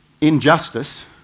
injustice